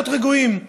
להיות רגועים,